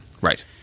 Right